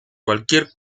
cualquier